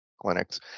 clinics